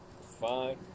fine